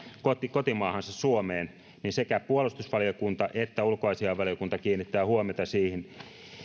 kotimaahansa suomeen heihin voi kohdistua turvallisuusuhkia sekä puolustusvaliokunta että ulkoasiainvaliokunta kiinnittävät siihen